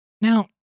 Now